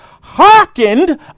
hearkened